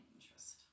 interest